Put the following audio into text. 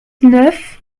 neuf